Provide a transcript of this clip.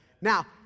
Now